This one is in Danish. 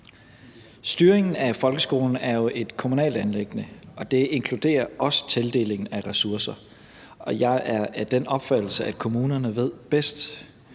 Styringen af folkeskolen er jo et kommunalt anliggende, og det inkluderer også tildelingen af ressourcer, og jeg er af den opfattelse, at kommunerne ved bedst.